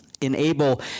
enable